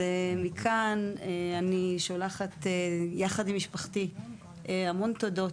אז מכאן אני שולחת יחד עם משפחתי המון תודות.